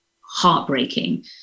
heartbreaking